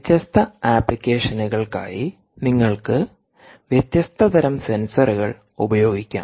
വ്യത്യസ്ത അപ്ലിക്കേഷനുകൾക്കായി നിങ്ങൾക്ക് വ്യത്യസ്ത തരം സെൻസറുകൾ ഉപയോഗിക്കാം